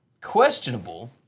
questionable